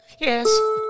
Yes